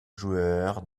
joueur